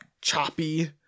choppy